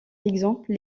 exemple